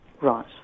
Right